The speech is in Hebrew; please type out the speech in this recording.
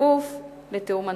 בכפוף לתיאום הנוסח.